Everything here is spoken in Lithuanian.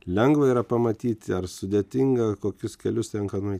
lengva yra pamatyti ar sudėtinga kokius kelius tenka nueit